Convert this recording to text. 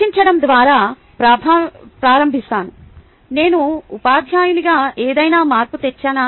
చర్చించడం ద్వారా ప్రారంభిస్తాను నేను ఉపాధ్యాయునిగా ఏదైనా మార్పు తెచ్చానా